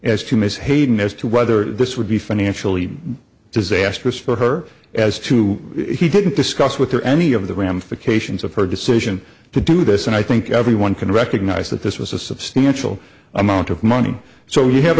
as to ms hayden as to whether this would be financially disastrous for her as to who he didn't discuss with her any of the ramifications of her decision to do this and i think everyone can recognize that this was a substantial amount of money so you have